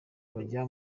bajya